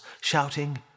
shouting